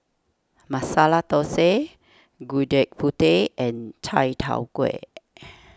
Masala Thosai Gudeg Putih and Chai Tow Kway